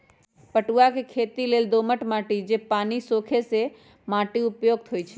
पटूआ के खेती लेल दोमट माटि जे पानि सोखे से माटि उपयुक्त होइ छइ